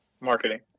Marketing